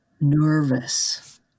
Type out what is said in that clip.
nervous